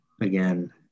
Again